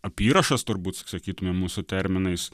apyrašas turbūt sakytumėm mūsų terminais